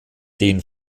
den